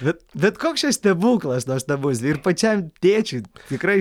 bet bet koks čia stebuklas nuostabus ir pačiam tėčiui tikrai